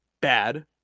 bad